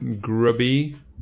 grubby